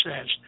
says